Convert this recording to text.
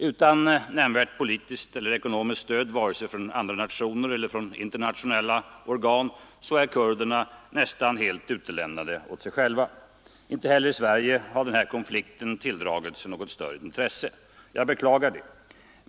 Utan nämnvärt politiskt och ekonomiskt stöd vare sig från andra nationer eller från internationella organ är kurderna nästan helt utlämnade åt sig själva. Inte heller i Sverige har den här konflikten tilldragit sig något större intresse. Jag beklagar detta.